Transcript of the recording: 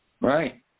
Right